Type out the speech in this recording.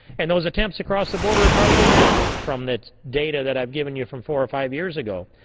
and those attempts across the border are probably down from the data that i gave um you from four, five years ago.